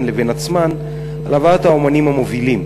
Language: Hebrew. לבין עצמן על הבאת האמנים המובילים,